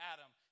Adam